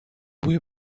بوی